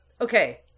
okay